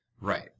Right